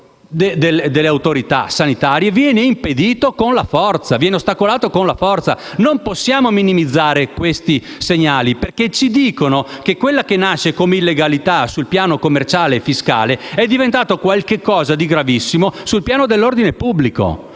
delle autorità sanitarie viene ostacolato con la forza. Non possiamo minimizzare questi segnali, perché ci dicono che quella che nasce come illegalità sul piano commerciale e fiscale è diventata un qualcosa di gravissimo sul piano dell'ordine pubblico.